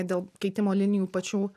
dėl keitimo linijų pačių